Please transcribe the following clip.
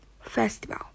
festival